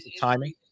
timing